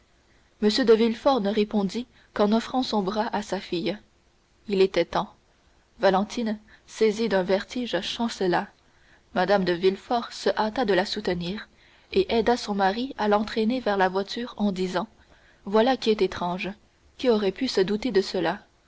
m de villefort ne répondit qu'en offrant son bras à sa fille il était temps valentine saisie d'un vertige chancela mme de villefort se hâta de la soutenir et aida son mari à l'entraîner vers la voiture en disant voilà qui est étrange qui aurait pu se douter de cela